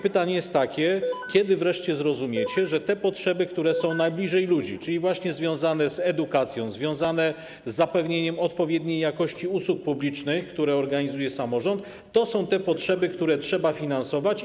Pytanie jest takie: Kiedy wreszcie zrozumiecie, że potrzeby, które są najbliżej ludzi, czyli związane właśnie z edukacją, z zapewnieniem odpowiedniej jakości usług publicznych, które organizuje samorząd, to są te potrzeby, które trzeba finansować?